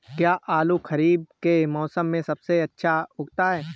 क्या आलू खरीफ के मौसम में सबसे अच्छा उगता है?